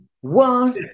one